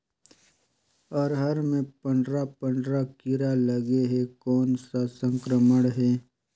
अरहर मे पंडरा पंडरा कीरा लगे हे कौन सा संक्रमण हे?